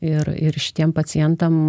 ir ir šitiem pacientam